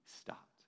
stopped